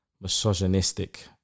misogynistic